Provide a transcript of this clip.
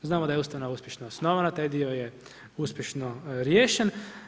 Znamo da je ustanova uspješno osnovana, taj dio je uspješno riješen.